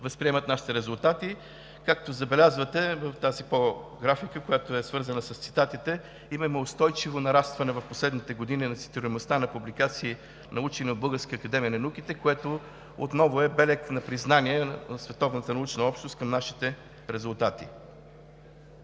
възприемат нашите резултати. Както забелязвате в тази графика, която е свързана с цитатите, имаме устойчиво нарастване в последните години на цитируемостта на публикации на учени от Българската академия на науките, което отново е белег на признание от световната научна